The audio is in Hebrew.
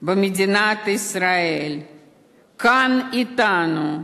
במדינת ישראל כאן אתנו,